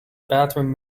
bathroom